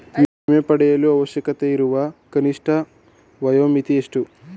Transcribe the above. ವಿಮೆ ಪಡೆಯಲು ಅವಶ್ಯಕತೆಯಿರುವ ಕನಿಷ್ಠ ವಯೋಮಿತಿ ಎಷ್ಟು?